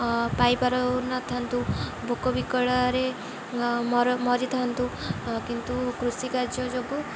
ପାଇପାରୁନଥାନ୍ତୁ ଭୋକ ବିକଳରେ ମର ମରିଥାନ୍ତୁ କିନ୍ତୁ କୃଷି କାର୍ଯ୍ୟ ଯୋଗୁଁ